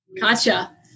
Gotcha